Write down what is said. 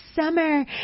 summer